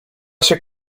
się